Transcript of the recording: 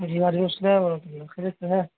جی عارف صاحب خیریت سے ہیں